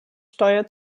steuer